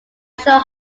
national